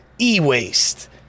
e-waste